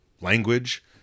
language